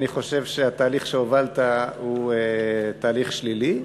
אני חושב שהתהליך שהובלת הוא תהליך שלילי.